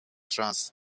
trance